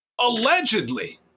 Allegedly